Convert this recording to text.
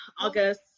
August